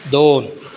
दोन